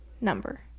number